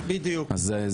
אז זאת